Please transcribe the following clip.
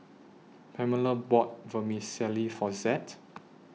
Pamela bought Vermicelli For Zed